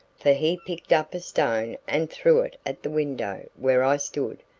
for he picked up a stone and threw it at the window where i stood.